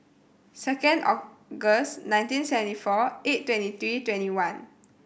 second August nineteen seventy four eight twenty three twenty one